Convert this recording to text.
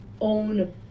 own